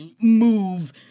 move